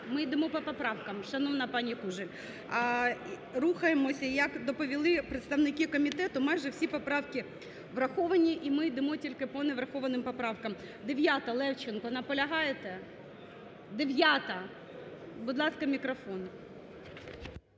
Ми йдемо по поправкам, шановна пані Кужель. Рухаємося, як доповіли представники комітету, майже всі поправки враховані, і ми йдемо тільки по неврахованим поправкам. 9-а, Левченко, наполягаєте? 9-а! Будь ласка, мікрофон.